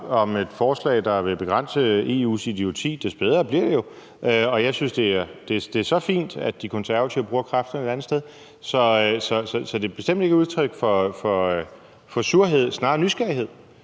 om et forslag, der vil begrænse EU's idioti, des bedre bliver det jo, og jeg synes, at det er så fint, at De Konservative bruger kræfterne et andet sted. Så det er bestemt ikke et udtryk for surhed, snarere for nysgerrighed,